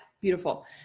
beautiful